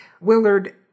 Willard